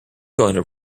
going